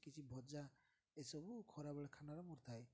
କିଛି ଭଜା ଏସବୁ ଖରାବେଳେ ଖାନାରେ ମୋର ଥାଏ